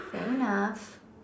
fair enough